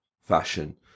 fashion